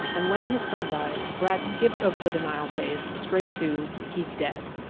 and when his son died, brad skipped over the denial phase straight to, he's dead.